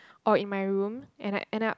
or in my room and I end up